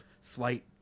slight